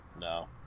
No